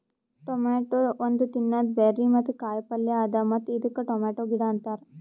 tomato ಒಂದ್ ತಿನ್ನದ berry ಮತ್ತ ಕಾಯಿ ಪಲ್ಯ ಅದಾ ಮತ್ತ ಇದಕ್ ಟೊಮೇಟೊ ಗಿಡ ಅಂತಾರ್